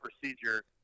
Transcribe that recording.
procedure